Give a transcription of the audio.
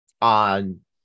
on